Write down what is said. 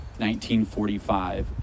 1945